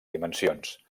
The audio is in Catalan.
dimensions